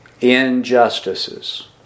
Injustices